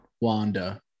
Wanda